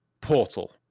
portal